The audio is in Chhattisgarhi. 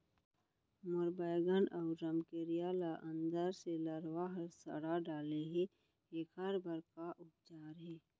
मोर बैगन अऊ रमकेरिया ल अंदर से लरवा ह सड़ा डाले हे, एखर बर का उपचार हे?